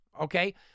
Okay